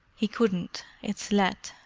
he couldn't it's let,